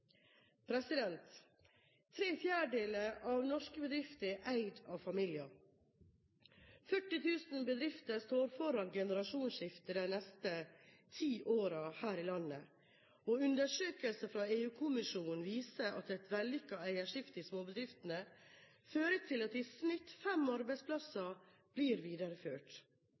Tre fjerdedeler av norske bedrifter er eid av familier. 40 000 bedrifter står foran generasjonsskifte de neste ti årene her i landet, og undersøkelser fra EU-kommisjonen viser at et vellykket eierskifte i småbedriftene fører til at i snitt fem arbeidsplasser blir videreført.